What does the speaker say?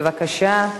בבקשה.